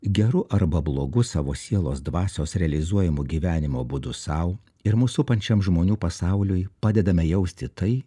geru arba blogu savo sielos dvasios realizuojamu gyvenimo būdu sau ir mus supančiam žmonių pasauliui padedame jausti tai